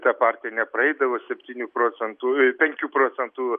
ta partija nepraeidavo septynių procentų penkių procentų